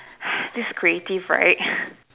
this is creative right